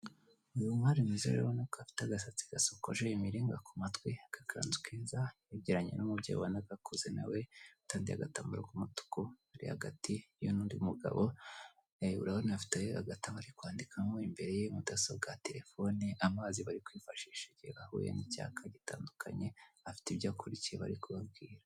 Uu mwari mwiza urabona ko afite agasatsi gasokoje imiringa ku matwi agakanzu keza yegeranye n'umubyeyi ubona ko akuze witandiye agatambaro k'umutuku uri hagati ye n'undi mugabo, urabona afite agatabo ari kwandikamo imbereye, mudasobowa, terefoni, amazi bari kwifashisha igihe ahuye n'icyaka gitandukanye afite ibyo akurikiye bari kubabwira.